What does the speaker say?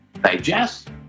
digest